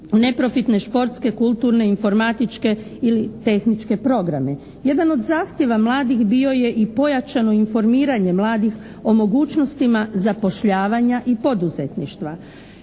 neprofitne športske, kulturne, informatičke ili tehničke programe. Jedan od zahtjeva mladih bio je i pojačano informiranje mladih o mogućnostima zapošljavanja i poduzetništva.